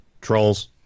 Trolls